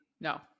No